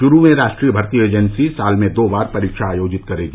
शुरू में राष्ट्रीय भर्ती एजेंसी साल में दो बार परीक्षा आयोजित करेगी